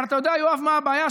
אבל אתה יודע, יואב, מה הבעיה?